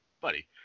Buddy